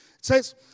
says